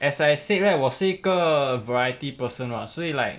as I said right 我是一个 variety person [what] 所以 like